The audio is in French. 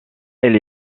elle